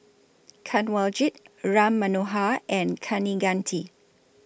Kanwaljit Ram Manohar and Kaneganti